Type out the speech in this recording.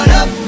up